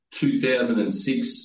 2006